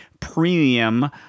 premium